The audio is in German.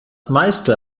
meiste